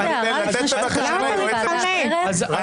אני